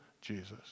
Jesus